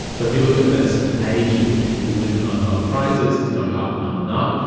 so if we look at the sort of age in which people win nobel prizes, it's going ah up and up and up.